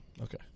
Okay